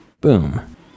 Boom